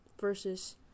versus